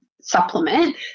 supplement